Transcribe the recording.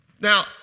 Now